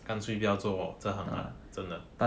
干脆不要做这行 lah 真的